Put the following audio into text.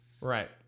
Right